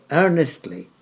earnestly